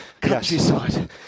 countryside